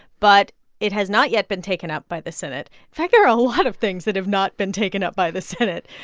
but it has not yet been taken up by the senate. in fact, there are a lot of things that have not been taken up by the senate.